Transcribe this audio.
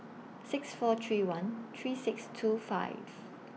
six four three one three six two five